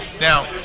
Now